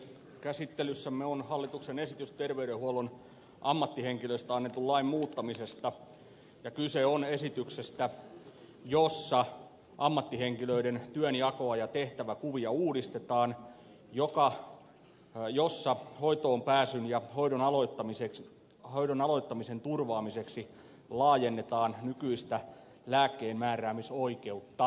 käsittelyssämme on hallituksen esitys terveydenhuollon ammattihenkilöistä annetun lain muuttamisesta ja kyse on esityksestä jossa ammattihenkilöiden työnjakoa ja tehtäväkuvia uudistetaan jossa hoitoonpääsyn ja hoidon aloittamisen turvaamiseksi laajennetaan nykyistä lääkkeenmääräämisoikeutta